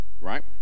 right